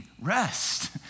rest